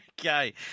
Okay